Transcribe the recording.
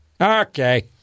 okay